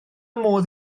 modd